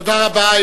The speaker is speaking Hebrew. תודה רבה.